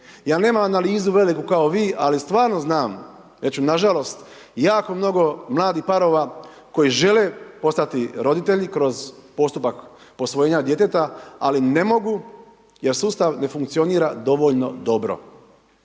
Ja nemam analizu veliku kao vi, ali stvarno znam, reći ću, nažalost, jako mnogo mladih parova koji žele postati roditelji kroz postupak posvojenja djeteta, ali ne mogu jer sustav ne funkcionira dovoljno dobro